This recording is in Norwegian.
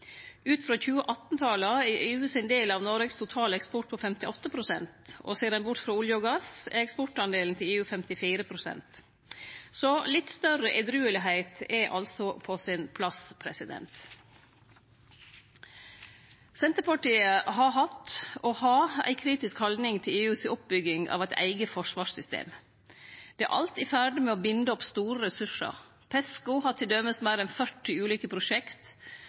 Ut frå 2018-tala er EUs del av Noregs totale eksport på 58 pst., og ser ein bort frå olje og gass, er eksportandelen til EU 54 pst. Litt større edruelegheit er altså på sin plass. Senterpartiet har hatt og har ei kritisk haldning til EUs oppbygging av eit eige forsvarssystem. Det er alt i ferd med å binde opp store ressursar. PESCO har til dømes meir enn 40 ulike prosjekt.